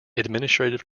administrative